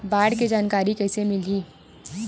बाढ़ के जानकारी कइसे मिलही?